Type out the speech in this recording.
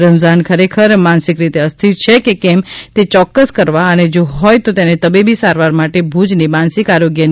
રમઝાન ખરેખર માનસિક રીતે અસ્થિર છે કે કેમ તે ચોક્કસ કરવા અને જો હોય તો તેને તબીબી સારવાર માટે ભુજની માનસિક આરોગ્યની તા